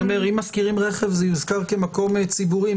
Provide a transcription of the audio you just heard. אבל אם מזכירים רכב, זה נזכר כמקום ציבורי.